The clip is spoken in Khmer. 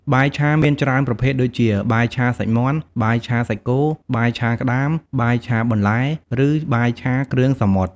បាយឆា មានច្រើនប្រភេទដូចជា បាយឆាសាច់មាន់ បាយឆាសាច់គោ បាយឆាក្ដាម បាយឆាបន្លែ ឬបាយឆាគ្រឿងសមុទ្រ ។